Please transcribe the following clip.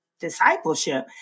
discipleship